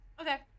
okay